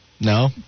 No